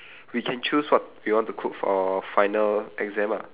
we can choose what we want to cook for final exam ah